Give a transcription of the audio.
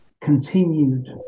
continued